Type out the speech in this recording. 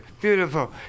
Beautiful